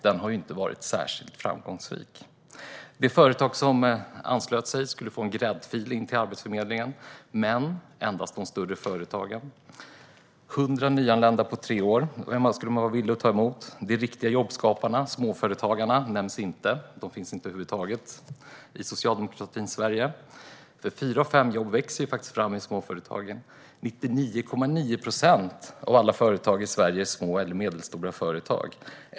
Den har inte varit särskilt framgångsrik. De företag som anslöt sig skulle få en gräddfil in till Arbetsförmedlingen - men endast de större företagen. Man skulle vara villig att ta emot 100 nyanlända på tre år. De riktiga jobbskaparna - småföretagarna - nämns inte. De finns över huvud taget inte i socialdemokratins Sverige. Fyra av fem jobb växer fram i småföretagen. 99,9 procent av alla företag i Sverige är små eller medelstora företag.